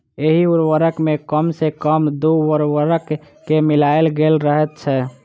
एहि उर्वरक मे कम सॅ कम दू उर्वरक के मिलायल गेल रहैत छै